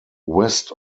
west